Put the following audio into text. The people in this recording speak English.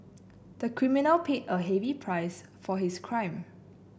the criminal paid a heavy price for his crime